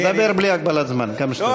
דבר בלי הגבלת זמן, כמה שאתה רוצה.